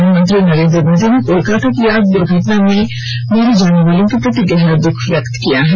प्रधानमंत्री नरेंद्र मोदी ने कोलकाता की आग दुर्घटना में मरने वालों के प्रति गहरा दुख व्यक्त किया है